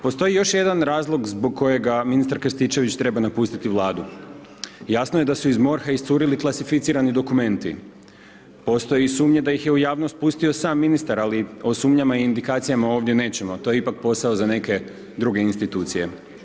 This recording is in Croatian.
Postoji još jedan razlog zbog kojega ministar Krstičević treba napustiti Vladu, jasno je da su iz MORH-a iscurili klasificirani dokumenti, postoji sumnja da ih je u javnost pustio sam ministar, ali o sumnjama i indikacijama ovdje nećemo, to je ipak posao za neke druge istitucije.